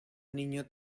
niño